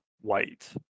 white